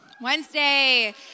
Wednesday